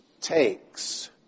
takes